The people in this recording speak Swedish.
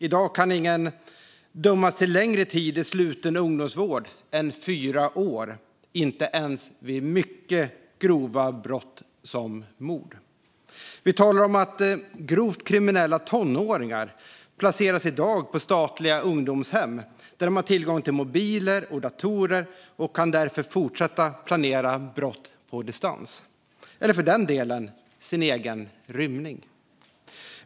I dag kan ingen dömas till längre tid i sluten ungdomsvård än fyra år, inte ens vid mycket grova brott som mord. Vi talar om att grovt kriminella tonåringar i dag placeras på statliga ungdomshem, där de har tillgång till mobiler och datorer och därför kan fortsätta att planera brott på distans eller, för den delen, sin egen rymning.